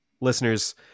Listeners